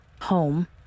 home